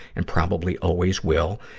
and probably always will,